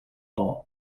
law